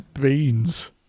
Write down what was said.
beans